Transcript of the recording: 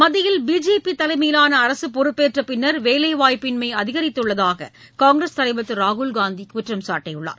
மத்தியில் பிஜேபிதலைமையிலானஅரசுபொறுப்பேற்றப் பின்னர் வேலைவாய்ப்பின்மைஅதிகரித்துள்ளதாககாங்கிரஸ் தலைவர் திருராகுல் காந்திகுற்றம்சாட்டியுள்ளார்